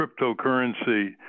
cryptocurrency